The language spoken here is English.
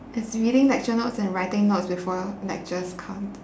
as reading lecture notes and writing notes before lecturers come